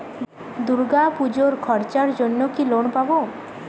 দূর্গাপুজোর খরচার জন্য কি লোন পাব?